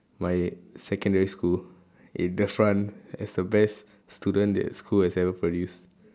my secondary school in the front as the best student that school has ever produced